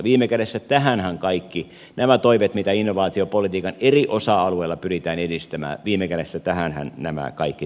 viime kädessä tähänhän kaikki nämä toimet mitä innovaatiopolitiikan eri osa alueilla pyritään edistämään tähtäävät